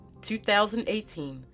2018